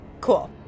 Cool